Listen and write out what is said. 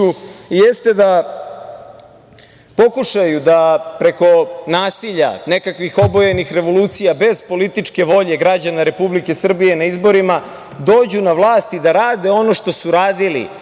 jeste da pokušaju da preko nasilja, nekakvih obojenih revolucija, bez političke volje građana Republike Srbije na izborima dođu na vlast i da rade ono što su radili,